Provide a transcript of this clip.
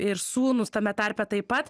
ir sūnus tame tarpe taip pat